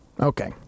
Okay